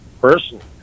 personally